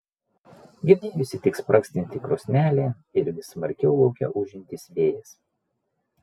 girdėjosi tik spragsinti krosnelė ir vis smarkiau lauke ūžaujantis vėjas